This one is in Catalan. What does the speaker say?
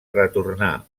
retornà